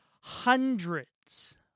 hundreds